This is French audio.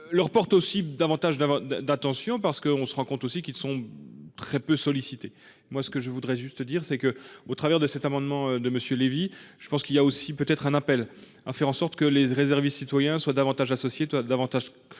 Leur portes aussi davantage d'attention parce qu'on se rend compte aussi qu'ils sont très peu sollicité. Moi ce que je voudrais juste dire c'est que au travers de cet amendement de monsieur Lévy. Je pense qu'il y a aussi peut-être un appel à faire en sorte que les réserves citoyens soient davantage associés davantage.